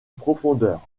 profondeur